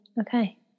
Okay